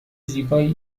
زیبایی